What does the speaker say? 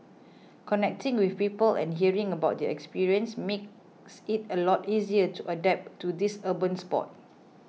connecting with people and hearing about their experience makes it a lot easier to adapt to this urban sport